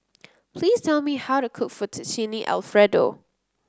please tell me how to cook Fettuccine Alfredo